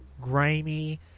grimy